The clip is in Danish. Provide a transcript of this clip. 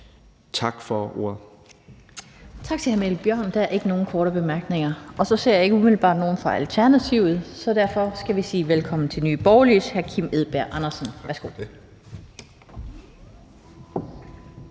Tak til hr. Mikkel Bjørn. Der er ikke nogen korte bemærkninger. Og så ser jeg ikke umiddelbart nogen fra Alternativet, så derfor skal vi sige velkommen til Nye Borgerliges hr. Kim Edberg Andersen. Værsgo.